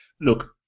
look